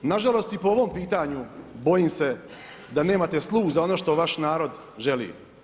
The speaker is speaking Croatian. Nažalost i po ovom pitanju bojim se da nemate sluh za ono što vaš narod želi.